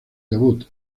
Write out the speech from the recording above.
debut